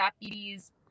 deputies